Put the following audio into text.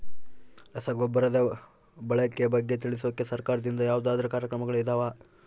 ರಸಗೊಬ್ಬರದ ಬಳಕೆ ಬಗ್ಗೆ ತಿಳಿಸೊಕೆ ಸರಕಾರದಿಂದ ಯಾವದಾದ್ರು ಕಾರ್ಯಕ್ರಮಗಳು ಇದಾವ?